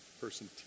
person